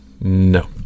no